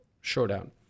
showdown